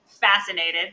fascinated